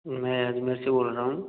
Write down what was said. मैं अजमेर से बोल रहा हूँ